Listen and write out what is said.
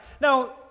Now